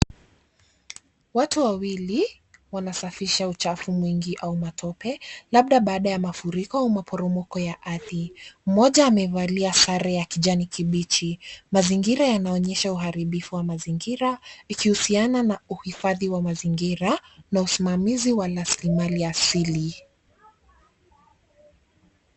Watu wawili wanasafisha uchafu mwingi au matope labda baada ya mafuriko au maporomoko ya ardhi. Mmoja amevalia sare ya kijani kibichi. Mazingira yanaonyesha uharibifu wa mazingira ikuhusiana na uhifadhi wa mazingira na usimamizi wa rasilimali asili.